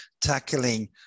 tackling